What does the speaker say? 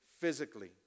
physically